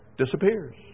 disappears